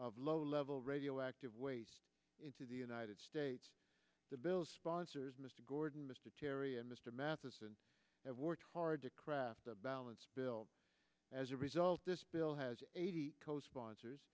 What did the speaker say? of low level radioactive waste into the united states the bill's sponsors mr gordon mr kerry and mr matheson have worked hard to craft a balanced bill as a result this bill has eighty co sponsors